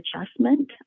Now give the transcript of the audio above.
adjustment